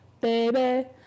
baby